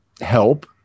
help